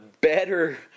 better